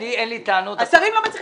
אין לי טענות --- השרים לא מצליחים